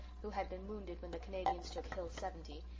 who had been wounded when the canadians took hill seventy,